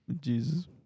Jesus